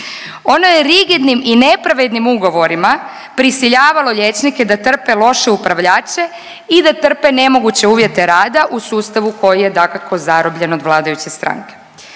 ono je rigidnim i nepravednim ugovorima prisiljavalo liječnike da trpe loše upravljače i da trpe nemoguće uvjete rada u sustavu koji je dakako zarobljen od vladajuće stranke.